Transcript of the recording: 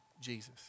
Jesus